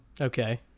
okay